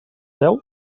deu